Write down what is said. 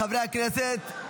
חברי הכנסת.